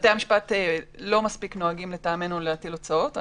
בתי המשפט לא מספיק נוהגים לטעמנו להטיל הוצאות.